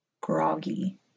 groggy